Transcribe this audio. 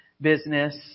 business